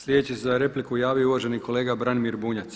Sljedeći se za repliku javio uvaženi kolega Branimir Bunjac.